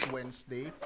Wednesday